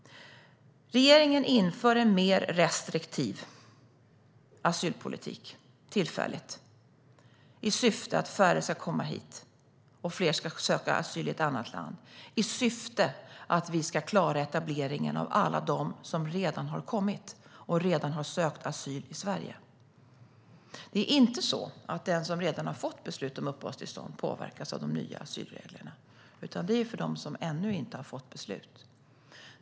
Regeringen inför en mer restriktiv asylpolitik tillfälligt i syfte att färre ska komma hit och fler ska söka asyl i ett annat land samt i syfte att vi ska klara etableringen av alla dem som redan har sökt asyl i Sverige. Det är inte så att den som redan har fått beslut om uppehållstillstånd påverkas av de nya asylreglerna. Det är för dem som ännu inte har fått beslut.